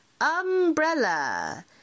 Umbrella